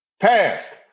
Pass